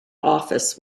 office